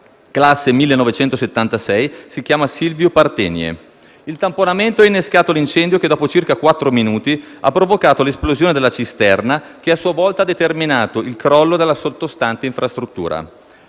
classe 1976, si chiama Silviu Partenie. Il tamponamento ha innescato l'incendio che, dopo circa quattro minuti, ha provocato l'esplosione della cisterna, che a sua volta ha determinato il crollo della sottostante infrastruttura.